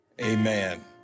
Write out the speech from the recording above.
amen